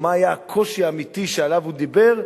או מה היה הקושי האמיתי שעליו הוא דיבר,